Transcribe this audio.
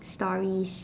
stories